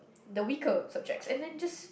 the weaker subjects and then just